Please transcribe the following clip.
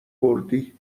کردی